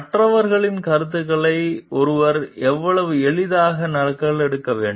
மற்றவர்களின் கருத்துக்களை ஒருவர் எவ்வளவு எளிதாக நகலெடுக்க வேண்டும்